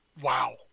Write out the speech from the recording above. Wow